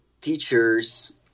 teachers